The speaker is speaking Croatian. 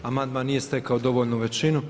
Amandman nije stekao dovoljnu većinu.